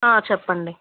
చెప్పండి